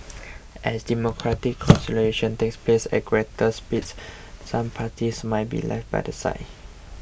as democratic consolidation takes place at greater speed some parties might be left by the side